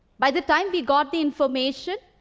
by the time we got the information,